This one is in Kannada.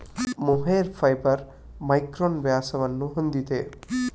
ಮೊಹೇರ್ ಫೈಬರ್ ಮೈಕ್ರಾನ್ ವ್ಯಾಸವನ್ನು ಹೊಂದಿದೆ